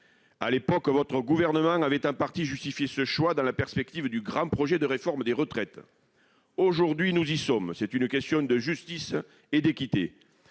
À l'époque, votre gouvernement avait en partie justifié ce choix par la perspective du grand projet de réforme des retraites. Aujourd'hui, nous y sommes. C'est une question de justice et d'équité.